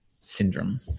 syndrome